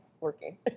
working